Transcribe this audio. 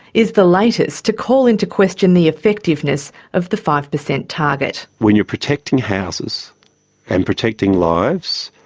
is the latest to call into question the effectiveness of the five per cent target. when you're protecting houses and protecting lives,